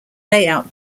layout